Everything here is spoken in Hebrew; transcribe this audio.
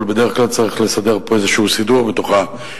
אבל בדרך כלל צריך לסדר פה איזה סידור בתוכה,